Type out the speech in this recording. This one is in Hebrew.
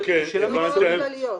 זה הוראות כלליות.